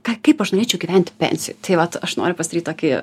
ką kaip aš norėčiau gyventi pensijo tai vat aš noriu pasidaryt tokį